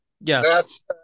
Yes